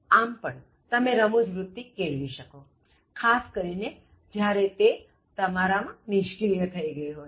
આમ પણ તમે રમૂજ વૃત્તિ કેળવી શકોખાસ કરીને જ્યારે તે તમારામાં નિષ્ક્રિય થઇ ગઇ હોય